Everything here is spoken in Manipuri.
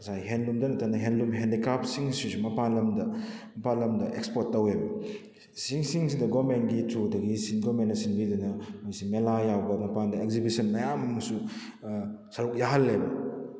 ꯉꯁꯥꯏ ꯍꯦꯟꯂꯨꯝꯗ ꯅꯠꯇꯅ ꯍꯦꯟꯂꯨꯝ ꯍꯦꯟꯗꯤꯀ꯭ꯔꯥꯐꯁꯤꯡ ꯑꯁꯤꯁꯨ ꯃꯄꯥꯜꯂꯝꯗ ꯃꯄꯥꯜꯂꯝꯗ ꯑꯦꯛꯁꯄꯣꯔꯠ ꯇꯧꯏꯕ ꯑꯁꯤꯁꯤꯡꯁꯤꯗ ꯒꯣꯃꯦꯟꯒꯤ ꯊ꯭ꯔꯨꯗꯒꯤ ꯒꯣꯃꯦꯟꯅ ꯁꯤꯟꯕꯤꯗꯨꯅ ꯃꯣꯏꯁꯤ ꯃꯦꯂꯥ ꯌꯥꯎꯕ ꯃꯄꯥꯟꯗ ꯑꯦꯛꯖꯤꯕꯤꯁꯟ ꯃꯌꯥꯝ ꯑꯃꯁꯨ ꯁꯔꯨꯛ ꯌꯥꯍꯜꯂꯦꯕ